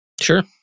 Sure